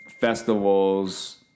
festivals